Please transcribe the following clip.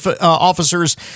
officers